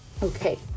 Okay